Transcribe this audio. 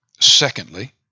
Secondly